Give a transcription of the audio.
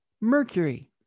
Mercury